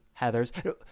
Heathers